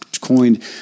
coined